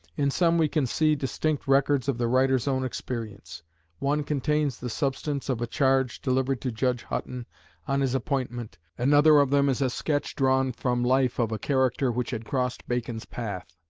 in some we can see distinct records of the writer's own experience one contains the substance of a charge delivered to judge hutton on his appointment another of them is a sketch drawn from life of a character which had crossed bacon's path,